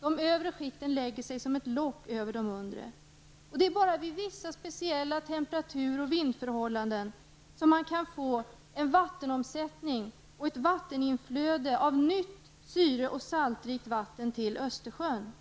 De övre skikten lägger sig som ett lock över de undre. Det är bara vid vissa speciella temperatur och vindförhållanden som det kan bli en vattenomsättning och inströmning av nytt syre och saltrikt vatten till Östersjön.